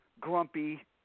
grumpy